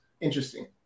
interesting